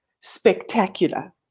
spectacular